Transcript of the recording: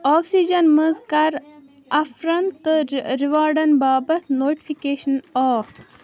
oxygen منٛز کَر اَفرَن تہٕ رِ رِواڈَن باپتھ نوٹفِکیشَن آف